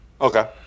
Okay